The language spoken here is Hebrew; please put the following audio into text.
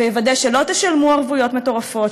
ויוודא שלא תשלמו ערבויות מטורפות,